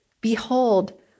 Behold